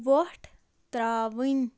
وۄٹھ ترٛاوٕنۍ